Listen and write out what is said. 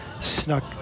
snuck